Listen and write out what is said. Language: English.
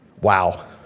Wow